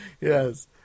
Yes